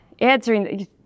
answering